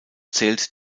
zählt